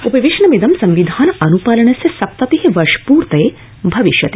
उपवेशनमिदं संविधान अनुपालनस्य सप्तति वर्ष पृर्त्तये भविष्यति